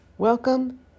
Welcome